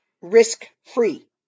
risk-free